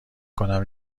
کنم